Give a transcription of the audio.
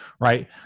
right